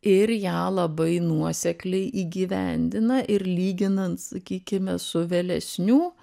ir ją labai nuosekliai įgyvendina ir lyginant sakykime su vėlesnių